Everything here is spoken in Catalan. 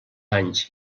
anys